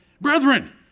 Brethren